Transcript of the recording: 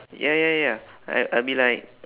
ya ya ya I I'll be like